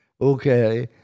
Okay